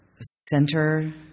center